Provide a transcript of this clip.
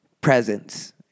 presence